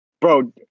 Bro